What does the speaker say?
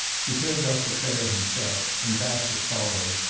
he turned off the trail himself, and bassett, following,